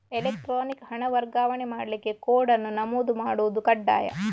electronic ಹಣ ವರ್ಗಾವಣೆ ಮಾಡ್ಲಿಕ್ಕೆ ಕೋಡ್ ಅನ್ನು ನಮೂದು ಮಾಡುದು ಕಡ್ಡಾಯ